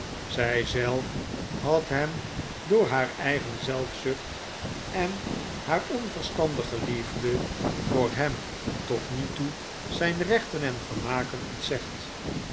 zijzelf had hem door haar eigen zelfzucht en haar onverstandige liefde voor hem tot nu toe zijn rechten en vermaken ontzegd